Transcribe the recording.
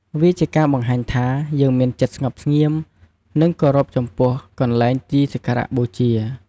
វាជាការបង្ហាញថា យើងមានចិត្តស្ងប់ស្ងៀម និងគោរពចំពោះកន្លែងទីសក្ការៈបូជា។